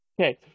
Okay